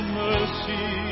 mercy